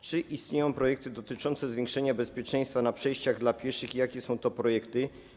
Czy istnieją projekty dotyczące zwiększenia bezpieczeństwa na przejściach dla pieszych i jakie są to projekty?